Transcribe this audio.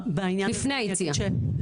לפני היציאה.